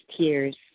tears